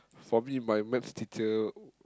for me my maths teacher